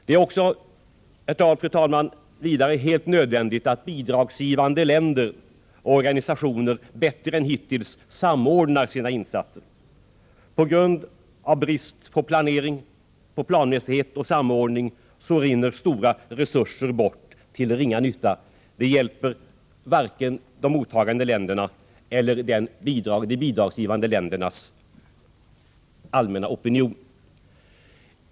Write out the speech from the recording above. Det är vidare, fru talman, helt nödvändigt att bidragsgivande länder och organisationer bättre än hittills samordnar sina insatser. På grund av brist på planering, planmässighet och samordning rinner stora resurser bort till ringa nytta. Det hjälper varken de mottagande länderna eller de bidragsgivande ländernas allmänna opinion.